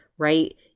right